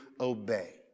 obey